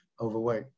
overweight